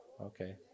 Okay